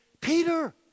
Peter